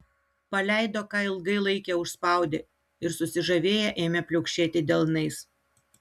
paleido ką ilgai laikė užspaudę ir susižavėję ėmė pliaukšėti delnais